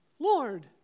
Lord